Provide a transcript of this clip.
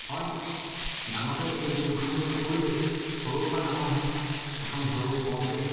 হয় ডাঙৰকে এই ব্যৱসায়টো নকৰিলেও সৰুৰ পৰা ডাঙৰ হয় প্ৰথম সৰু কমকে